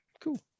Cool